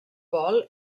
vol